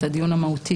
את הדיון המהותי,